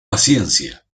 paciencia